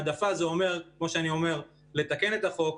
העדפה זה אומר לתקן את החוק,